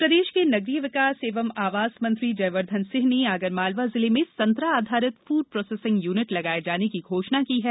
किसान सम्मेलन प्रदेश के नगरीय विकास एवं आवास मंत्री जयवर्धन सिंह ने आगरमालवा जिले में संतरा आधारित फूड प्रोसेसिंग यूनिट लगाये जाने की घोषणा की है